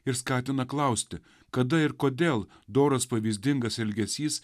ir skatina klausti kada ir kodėl doras pavyzdingas elgesys